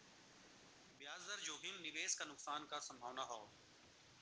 ब्याज दर जोखिम निवेश क नुकसान क संभावना हौ